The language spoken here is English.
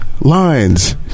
lines